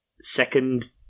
second